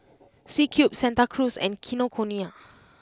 C Cube Santa Cruz and Kinokuniya